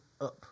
up